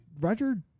Roger